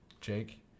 Jake